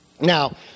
Now